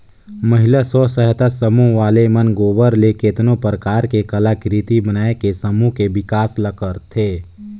महिला स्व सहायता समूह वाले मन गोबर ले केतनो परकार के कलाकृति बनायके समूह के बिकास ल करथे